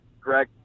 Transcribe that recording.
Greg